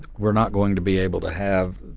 we're not going to be able to have